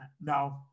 No